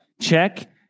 check